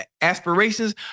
aspirations